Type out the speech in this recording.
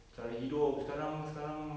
cara hidup sekarang sekarang